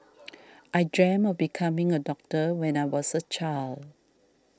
I dreamt of becoming a doctor when I was a child